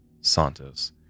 Santos